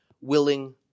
willing